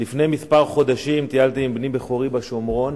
לפני כמה חודשים טיילתי עם בני בכורי בשומרון